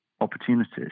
opportunities